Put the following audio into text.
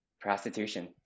Prostitution